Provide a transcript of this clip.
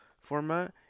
format